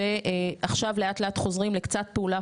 ועכשיו לאט לאט חוזרים לקצת פעולה